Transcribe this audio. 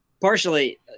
partially